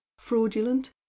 fraudulent